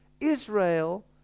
Israel